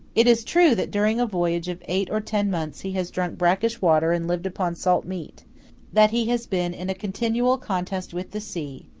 it is true that during a voyage of eight or ten months he has drunk brackish water and lived upon salt meat that he has been in a continual contest with the sea,